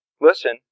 listen